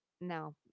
no